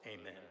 amen